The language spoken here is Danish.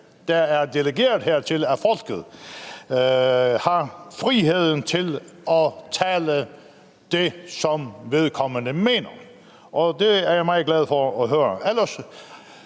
der er delegeret hertil af folket, har friheden til at sige det, som vedkommende mener. Og det er jeg meget glad for at høre.